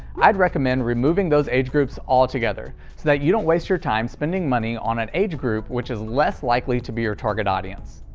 i'd recommend removing those age groups altogether, so that you don't waste your time spending money on an age group which is less likely to be your target audience.